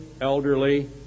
elderly